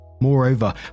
moreover